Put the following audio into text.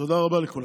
תודה רבה לכולם.